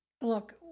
look